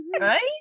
Right